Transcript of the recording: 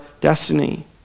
destiny